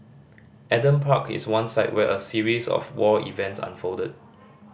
Adam Park is one site where a series of war events unfolded